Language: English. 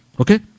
okay